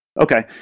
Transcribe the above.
Okay